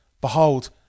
Behold